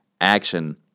action